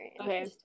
okay